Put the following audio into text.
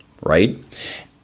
right